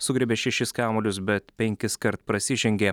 sugriebė šešis kamuolius bet penkiskart prasižengė